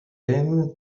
him